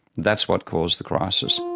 that's what caused the crisis.